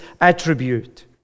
attribute